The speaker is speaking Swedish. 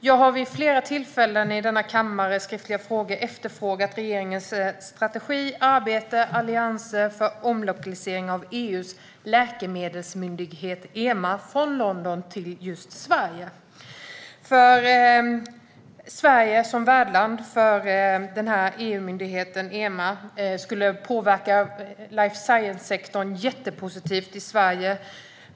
Jag har vid flera tillfällen i skriftliga frågor efterfrågat regeringens strategi och arbete för omlokalisering av EU:s läkemedelsmyndighet EMA från London till Sverige, för Sverige som värdland för EU-myndigheten EMA skulle påverka life science-sektorn jättepositivt i Sverige.